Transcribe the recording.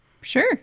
Sure